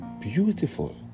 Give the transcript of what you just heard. beautiful